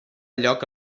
lloc